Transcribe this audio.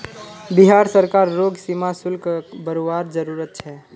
बिहार सरकार रोग सीमा शुल्क बरवार जरूरत छे